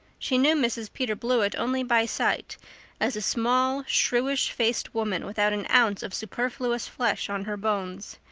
she knew mrs. peter blewett only by sight as a small, shrewish-faced woman without an ounce of superfluous flesh on her bones.